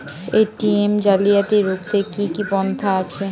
ATM জালিয়াতি রুখতে কি কি পন্থা আছে?